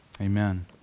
Amen